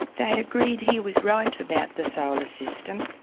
they agreed he was right about the solar system